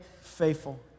faithful